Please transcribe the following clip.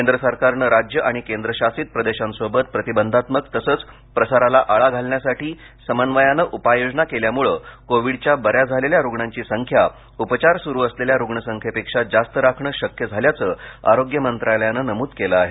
केंद्र सरकारनं राज्यं आणि केंद्रशासित प्रदेशांसोबत प्रतिबंधात्मक तसंच प्रसाराला आळा घालण्यासाठी समन्वयानं उपाययोजना केल्यामुळे कोविडच्या बऱ्या झालेल्या रुग्णांची संख्या उपचार सुरू असलेल्या रुग्णसंख्येपेक्षा जास्त राखणं शक्य झाल्याचं आरोग्य मंत्रालयानं नमूद केलं आहे